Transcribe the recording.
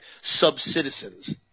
sub-citizens